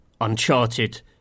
Uncharted